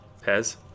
Pez